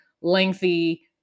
lengthy